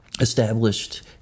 established